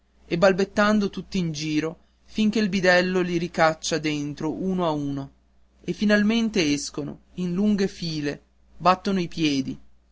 e ballettando tutt'in giro fin che il bidello li ricaccia dentro a uno a uno e finalmente escono in lunghe file battendo i piedi